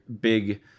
big